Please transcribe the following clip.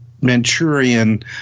Manchurian